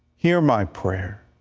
hear my prayer,